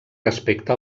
respecte